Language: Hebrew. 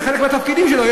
זה חלק מהתפקידים שלו.